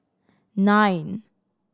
nine